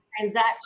transaction